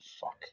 fuck